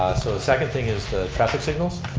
so the second thing is the traffic signals.